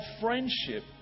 friendship